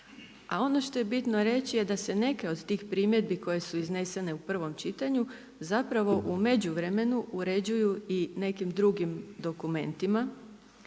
A ono što je bitno reći da se neke od tih primjedbi koje su iznesene u prvom čitanju zapravo u međuvremenu uređuju i nekim drugim dokumentima.